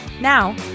now